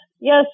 Yes